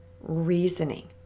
reasoning